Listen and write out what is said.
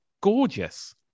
gorgeous